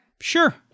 Sure